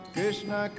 Krishna